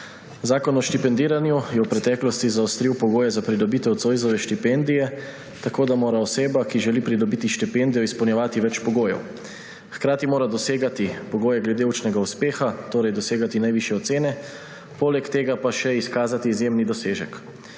Zakon o štipendiranju je v preteklosti zaostril pogoje za pridobitev Zoisove štipendije, tako da mora oseba, ki želi pridobiti štipendijo, izpolnjevati več pogojev: hkrati mora dosegati pogoje glede učnega uspeha, torej dosegati najvišje ocene, poleg tega pa še izkazati izjemni dosežek.